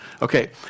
Okay